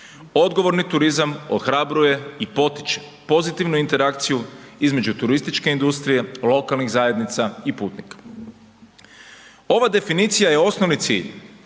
Odgovorni turizam ohrabruje i potiče pozitivnu interakciju između turističke industrije, lokalnih zajednica i putnika. Ova definicija je osnovni cilj